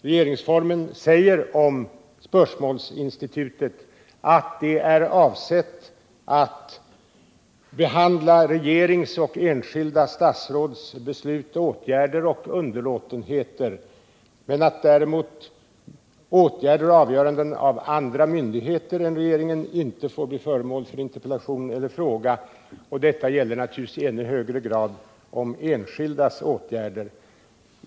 Regeringsformen säger om spörsmålsinstitutet att det är avsett att behandla regeringens och enskilda statsråds beslut, åtgärder och underlåtenheter, men att däremot åtgärder och avgöranden av andra myndigheter än regeringen inte får bli föremål för interpellation eller fråga. Detta gäller naturligtvis i ännu högre grad om enskildas åtgärder och avgöranden.